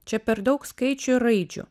čia per daug skaičių ir raidžių